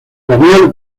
daniel